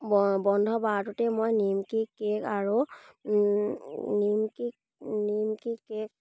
বন্ধ বাৰটোতে মই নিমকি কেক আৰু নিমকি নিমকি কেক